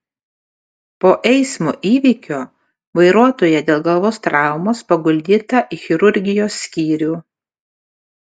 po eismo įvykio vairuotoja dėl galvos traumos paguldyta į chirurgijos skyrių